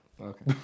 Okay